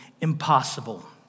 impossible